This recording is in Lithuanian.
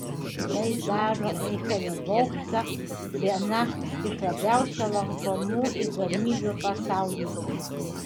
tai daro eifelio bokštą viena iš labiausiai lankomų įdomybių pasaulyje